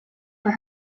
for